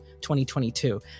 2022